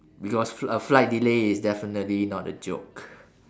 because f~ a flight delay is definitely not a joke